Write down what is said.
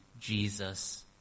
Jesus